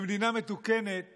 במדינה מתוקנת